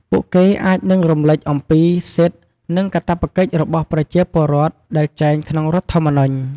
ពួកគេអាចនឹងរំលេចអំពីសិទ្ធិ និងកាតព្វកិច្ចរបស់ប្រជាពលរដ្ឋដែលចែងក្នុងរដ្ឋធម្មនុញ្ញ។